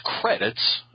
credits –